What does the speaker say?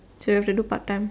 so I have to do part time